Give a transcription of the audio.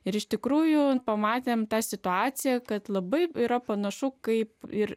ir iš tikrųjų pamatėme tą situaciją kad labai yra panašus kaip ir